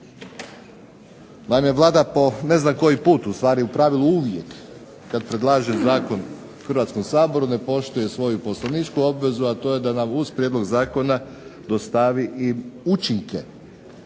Naime, Vlada po ne znam koji put u stvari u pravilu uvijek kada predlaže zakon Hrvatskom saboru ne poštuje svoju poslovničku obvezu, a to je da nam uz prijedlog zakona dostavi učinke,